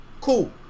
cool